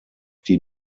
die